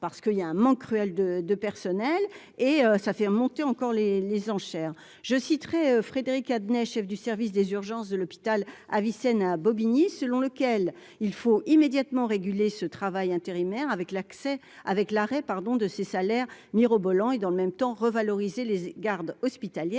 parce qu'il y a un manque cruel de de personnel et ça fait monter encore les les enchères, je citerai Frédéric Adnet, chef du service des urgences de l'hôpital Avicenne à Bobigny, selon lequel il faut immédiatement réguler ce travail intérimaire avec l'accès avec l'arrêt pardon de ces salaires mirobolants et dans le même temps revaloriser les gardes hospitalières